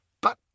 But